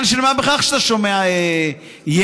אנחנו רוצים לראות אכיפה, כי